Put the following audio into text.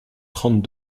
trente